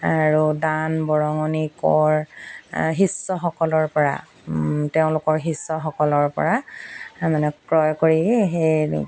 আৰু দান বৰঙণি কৰ শিষ্যসকলৰ পৰা তেওঁলোকৰ শিশ্যসকলৰ পৰা মানে ক্ৰয় কৰি সেই